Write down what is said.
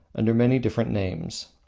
under many different names.